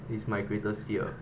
is my greatest fear